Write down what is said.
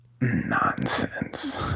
Nonsense